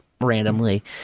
Randomly